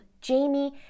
Jamie